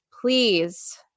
please